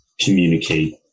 Communicate